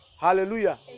Hallelujah